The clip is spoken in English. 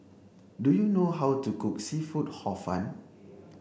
Do you know how to cook seafood hor fun